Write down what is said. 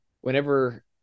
whenever